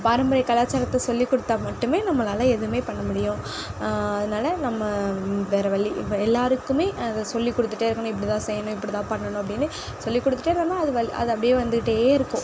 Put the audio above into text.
பாரம்பரிய கலாச்சாரத்தை சொல்லி கொடுத்தா மட்டுமே நம்மளால எதுவுமே பண்ண முடியும் அதனால் நம்ம வேற வழி எல்லாருக்குமே அதை சொல்லி கொடுத்துட்டே இருக்கணும் இப்படிதான் செய்யணும் இப்படிதான் பண்ணணும் அப்படினு சொல்லி கொடுத்துட்டே இருந்தோனா அது வழி அதை அப்படியே வந்துகிட்டே இருக்கும்